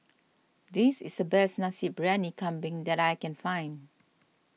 this is the best Nasi Briyani Kambing that I can find